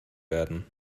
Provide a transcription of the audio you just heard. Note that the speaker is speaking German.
werden